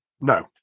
No